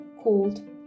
called